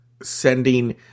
sending